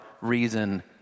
reason